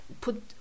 put